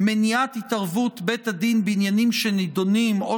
מניעת התערבות בית הדין בעניינים שנדונים או